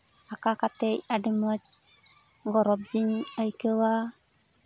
ᱟᱸᱠᱟᱣ ᱠᱟᱛᱮᱫ ᱟᱹᱰᱤ ᱢᱚᱡᱽ ᱜᱚᱨᱚᱵᱽ ᱜᱤᱧ ᱟᱹᱭᱠᱟᱹᱣᱟ